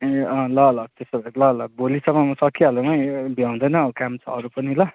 ए अँ ल ल त्यसो भए ल ल भोलिसम्ममा सकिहालौँ है भ्याउँदैन काम अरू पनि ल